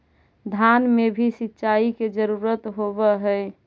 धान मे भी सिंचाई के जरूरत होब्हय?